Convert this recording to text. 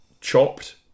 chopped